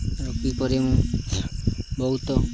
ଏହିପରି ମୁଁ ବହୁତ